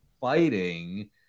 fighting